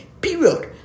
Period